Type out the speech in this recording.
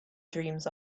dreams